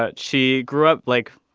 ah she grew up, like,